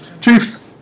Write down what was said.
Chiefs